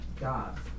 God